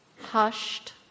hushed